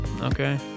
Okay